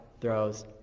throws